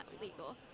legal